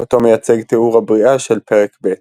אותו מייצג תיאור הבריאה של פרק ב'.